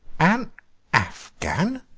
an afghan!